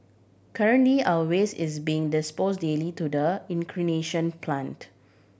currently our waste is being dispose daily to the incineration plant